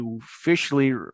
officially